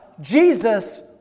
Jesus